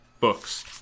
Books